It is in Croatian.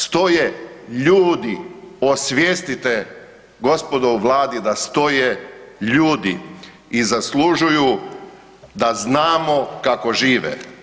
Stoje ljudi, osvijestite gospodo u Vladi da stoje ljudi i zaslužuju da znamo kako žive.